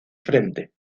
frente